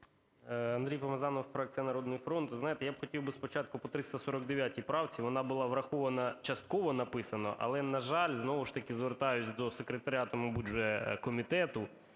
Андрій Помазанов, фракція "Народний фронт". Ви знаєте, я б хотів би спочатку по 349 правці, вона була врахована частково, написано. Але, на жаль, знову ж таки, звертаюсь до секретаріату, мабуть, вже комітету,